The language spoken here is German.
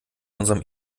unserem